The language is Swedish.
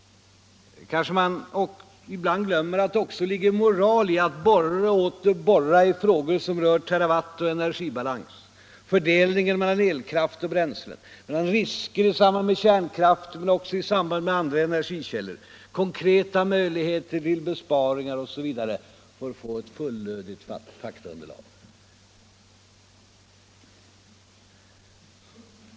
Kanske man ibland glömmer att det också ligger moral i att borra och åter borra i frågor som rör terawatt och energibalans, fördelningen mellan elkraft och bränslen, olika risker i samband med kärnkraften men också i samband med andra energikällor, konkreta möjligheter till besparingar osv. för att få ett fullödigt faktaunderlag.